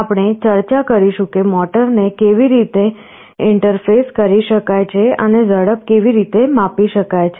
આપણે ચર્ચા કરીશું કે મોટરને કેવી રીતે ઇન્ટરફેસ કરી શકાય છે અને ઝડપ કેવી રીતે માપી શકાય છે